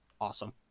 awesome